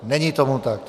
Není tomu tak.